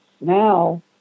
now